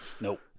Nope